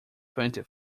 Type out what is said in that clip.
twenty